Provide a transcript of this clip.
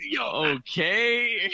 Okay